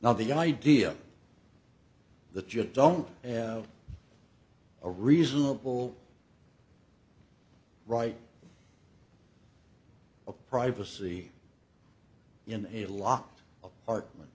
not the idea that you don't have a reasonable right of privacy in a locked apartment